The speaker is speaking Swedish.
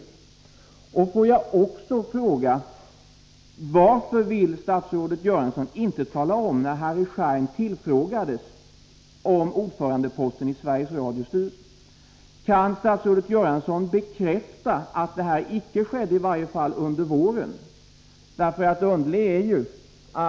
Nr 44 Får jag också fråga: Varför vill statsrådet Göransson inte tala om när Harry Måndagen den Schein tillfrågades om ordförandeposten i Sveriges Radios styrelse? Kan 12 december 1983 Statsrådet Göransson bekräfta att det i varje fall icke skedde under våren?